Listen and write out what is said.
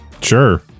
Sure